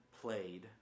played